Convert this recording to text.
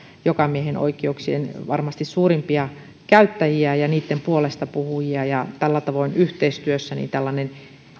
jokamiehenoikeuksien suurimpia käyttäjiä ja niitten puolestapuhujia tällä tavoin yhteistyössä tällainen